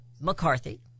McCarthy